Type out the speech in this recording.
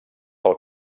pel